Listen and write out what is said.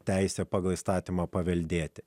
teisę pagal įstatymą paveldėti